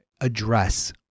address